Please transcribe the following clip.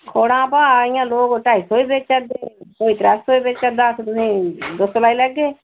खोड़ें दा भाव इंया लोग ढाई सौ रपे बेचा दे कोई त्रै रपेआ बेचा दा तुसेंगी दौ सौ लाई लैगे